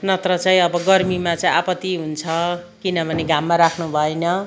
नत्र चाहिँ अब गर्मीमा चाहिँ आपत्ति हुन्छ किनभने घाममा राख्नु भएन